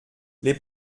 les